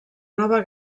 nova